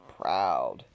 proud